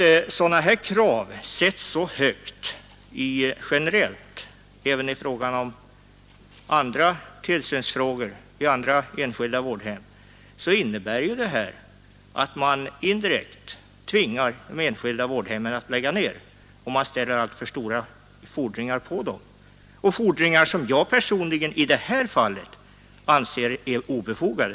Om kraven sätts så högt generellt, alltså även i fråga om andra enskilda vårdhem, innebär det att man indirekt tvingar de enskilda vårdhemmen att lägga ned. I det nu berörda fallet anser jag fordringarna obefogade.